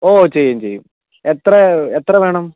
ഓ ചെയ്യും ചെയ്യും എത്ര എത്ര വേണം